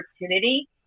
opportunity